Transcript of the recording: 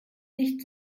nicht